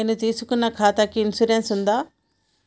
నేను తీసుకున్న ఖాతాకి ఇన్సూరెన్స్ ఉందా?